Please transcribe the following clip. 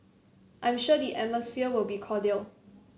I'm sure the atmosphere will be cordial